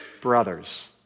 brothers